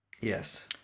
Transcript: Yes